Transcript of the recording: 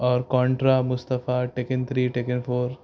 اور کونٹرا مصطفہ ٹکن تھری ٹکن فور